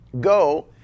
go